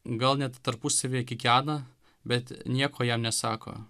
gal net tarpusavyje kikena bet nieko jam nesako